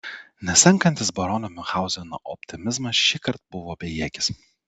nesenkantis barono miunchauzeno optimizmas šįkart buvo bejėgis